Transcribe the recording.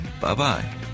Bye-bye